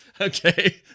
Okay